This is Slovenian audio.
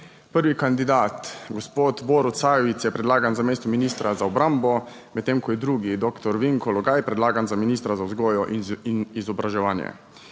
Prvi kandidat gospod Borut Sajovic je predlagan za mesto ministra za obrambo, medtem ko je drugi, doktor Vinko Logaj, predlagan za ministra za vzgojo in izobraževanje.